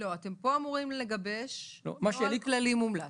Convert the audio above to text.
פה אתם אמורים לגבש נוהל כללי מומלץ,